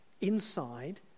inside